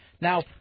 Now